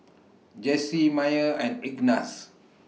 Jessy Myer and Ignatz